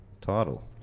title